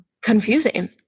confusing